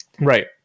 right